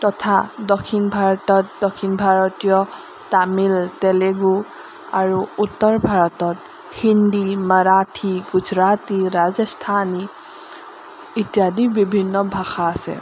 তথা দক্ষিণ ভাৰতত দক্ষিণ ভাৰতীয় তামিল তেলেগু আৰু উত্তৰ ভাৰতত হিন্দী মাৰাঠী গুজৰাটী ৰাজস্থানী ইত্যাদি বিভিন্ন ভাষা আছে